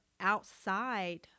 outside